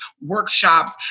workshops